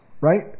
right